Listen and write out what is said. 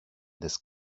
this